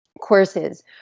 courses